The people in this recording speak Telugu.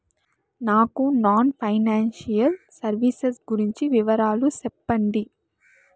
నాకు నాన్ ఫైనాన్సియల్ సర్వీసెస్ గురించి వివరాలు సెప్పండి?